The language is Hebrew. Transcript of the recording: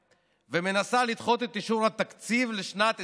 ומנסה לדחות את אישור התקציב לשנת 2020,